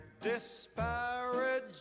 disparage